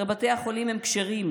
הרי בתי החולים הם כשרים,